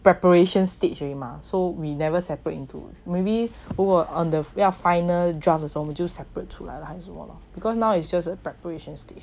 preparation stage already mah so we never separate into maybe 如果 on the 要 final draft 的时候我们就选出来了 even now it's just a preparations